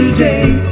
Today